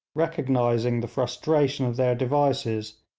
recognising the frustration of their devices,